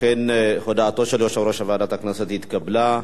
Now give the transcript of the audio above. אכן הודעתו של יושב-ראש ועדת הכנסת התקבלה.